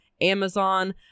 amazon